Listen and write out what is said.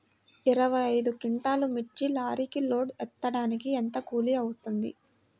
ఇరవై ఐదు క్వింటాల్లు మిర్చి లారీకి లోడ్ ఎత్తడానికి ఎంత కూలి అవుతుంది?